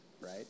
right